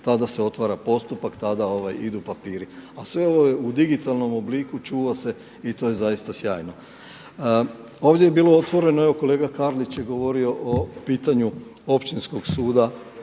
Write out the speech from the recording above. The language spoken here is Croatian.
tada se otvara postupak, tada idu papiri. A sve ovo u digitalnom obliku čuva se i to je zaista sjajno. Ovdje je bilo otvoreno, evo kolega Karlić je govorio o pitanju Općinskog suda